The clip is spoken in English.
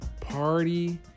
party